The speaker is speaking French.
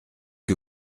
que